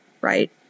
right